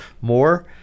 more